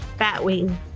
Batwing